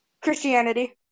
Christianity